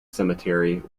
cemetery